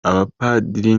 abapadiri